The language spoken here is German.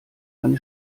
eine